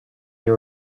you